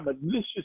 malicious